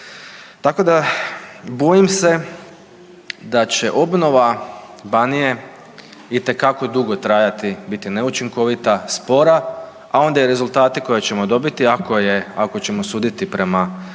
tako da bojim se da će obnova Banije itekako dugo trajati, biti neučinkovita, spora, a onda i rezultati koje ćemo dobiti ako ćemo suditi prema i